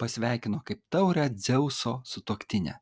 pasveikino kaip taurią dzeuso sutuoktinę